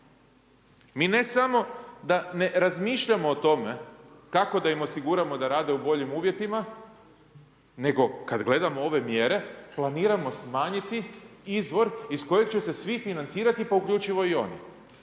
Mi ne samo da ne razmišljamo o tome kako da im osiguramo da rade u boljim uvjetima nego kad gledamo ove mjere, planiramo smanjiti izvor iz kojeg će se svi financirati pa uključivo i oni.